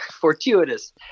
fortuitous